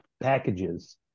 packages